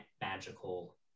magical